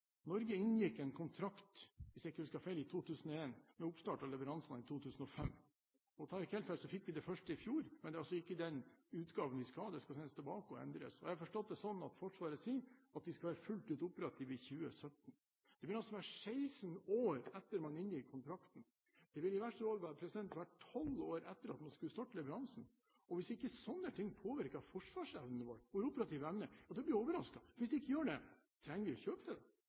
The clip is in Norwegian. Norge inngikk en kontrakt – hvis jeg ikke husker feil – i 2001, med oppstart av leveransene i 2005. Tar jeg ikke helt feil, fikk vi det første i fjor. Men det er ikke den utgaven vi skal ha; det skal sendes tilbake og endres. Jeg har forstått det slik at Forsvaret sier at de skal være fullt ut operative i 2017. Det vil altså være 16 år etter at man inngikk kontrakten. Det vil være tolv år etter at man skulle starte leveransen. Hvis ikke slike ting påvirker forsvarsevnen vår, vår operative evne, blir jeg overrasket. Hvis det ikke gjør det, trenger vi da å kjøpe